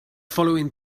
following